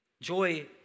Joy